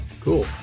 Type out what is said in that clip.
Cool